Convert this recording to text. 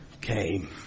came